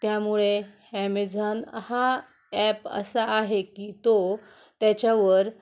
त्यामुळे ॲमेझॉन हा ॲप असा आहे की तो त्याच्यावर